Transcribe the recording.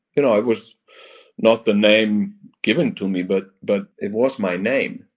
you know it was not the name given to me. but but it was my name.